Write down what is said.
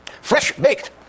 fresh-baked